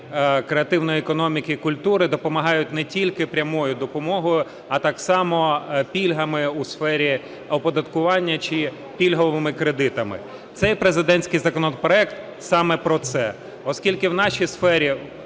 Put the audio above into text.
креативної економіки і культури допомагають не тільки прямою допомогою, а так само пільгами у сфері оподаткування чи пільговими кредитами. Цей президентський законопроект саме про це. Оскільки в нашій сфері